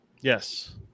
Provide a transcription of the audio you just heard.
Yes